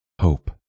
hope